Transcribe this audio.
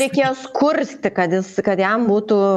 reikėjo skursti kad jis kad jam būtų